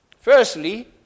Firstly